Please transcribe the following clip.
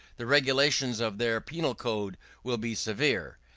the regulations of their penal code will be severe.